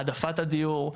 העדפת הדיור,